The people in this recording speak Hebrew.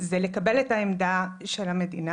זה לקבל את העמדה של המדינה,